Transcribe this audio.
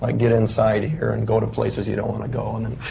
like get inside here and go to places you don't wanna go, and and